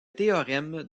théorème